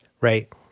right